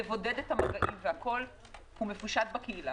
לבודד - הוא מפושט בקהילה.